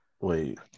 Wait